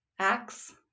acts